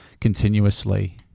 continuously